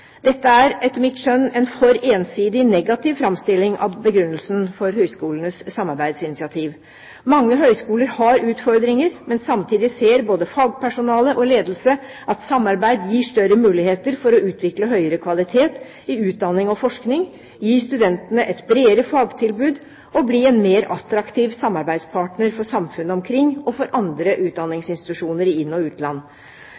Dette er etter mitt skjønn en for ensidig negativ framstilling av begrunnelsene for høyskolenes samarbeidsinitiativ. Mange høyskoler har utfordringer, men samtidig ser både fagpersonale og ledelse at samarbeid gir større muligheter for å utvikle høyere kvalitet i utdanning og forskning, gi studentene et bredere fagtilbud og bli en mer attraktiv samarbeidspartner for samfunnet omkring og for andre